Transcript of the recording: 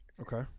Okay